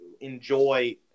Enjoy